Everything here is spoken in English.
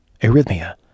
arrhythmia